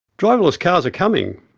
driverless cars are coming!